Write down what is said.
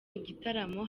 igitaramo